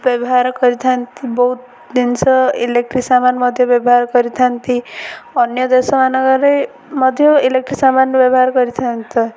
ବ୍ୟବହାର କରିଥାନ୍ତି ବହୁତ ଜିନିଷ ଇଲେକ୍ଟ୍ରି ସାମାନ ମଧ୍ୟ ବ୍ୟବହାର କରିଥାନ୍ତି ଅନ୍ୟ ଦେଶମାନଙ୍କରେ ମଧ୍ୟ ଇଲେକ୍ଟ୍ରି ସାମାନ ବ୍ୟବହାର କରିଥାନ୍ତା